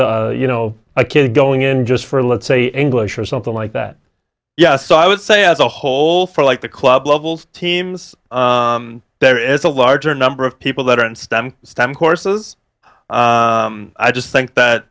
to you know a kid going in just for let's say english or something like that yes so i would say as a whole for like the club levels teams there is a larger number of people that are in stem stem courses i just think that